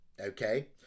okay